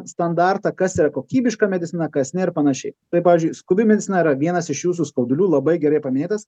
standartą kas yra kokybiška medicina kas ne ir panašiai tai pavyzdžiui skubi medicina yra vienas iš jūsų skaudulių labai gerai paminėtas